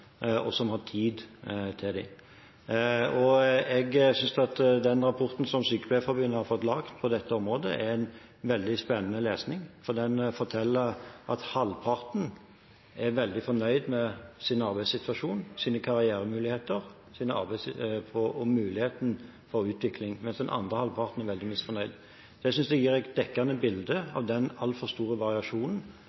og som har tid til dem. Jeg synes den rapporten som Sykepleierforbundet har fått lagd på dette området, er veldig spennende lesning, for den forteller at halvparten er veldig fornøyd med sin arbeidssituasjon, sine karrieremuligheter og muligheten for utvikling, mens den andre halvparten er veldig misfornøyd. Det synes jeg gir et dekkende bilde